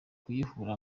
kayihura